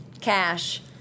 Cash